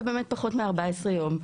ובאמת פחות מ-14 יום.